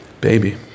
baby